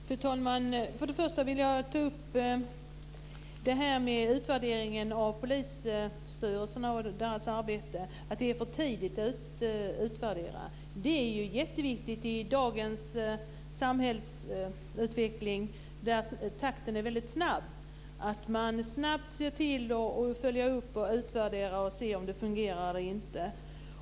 Fru talman! För det första vill jag ta upp frågan om utvärdering av polisstyrelserna och deras arbete och att det skulle vara för tidigt att utvärdera. Det är ju jätteviktigt i dagens samhällsutveckling där takten är snabb att man snabbt ser till att följa upp och utvärdera och se om det fungerar eller inte.